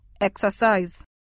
exercise